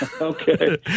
Okay